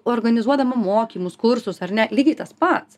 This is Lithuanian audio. organizuodama mokymus kursus ar ne lygiai tas pats